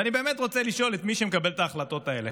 ואני באמת רוצה לשאול את מי שמקבל את ההחלטות האלה: